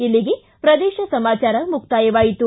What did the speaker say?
ಇಲ್ಲಿಗೆ ಪ್ರದೇಶ ಸಮಾಚಾರ ಮುಕ್ತಾಯವಾಯಿತು